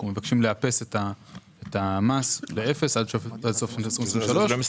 אנחנו מבקשים לאפס את המס לאפס עד סוף שנת 2023. וכמובן